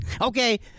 Okay